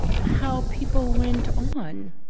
how people went on,